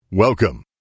Welcome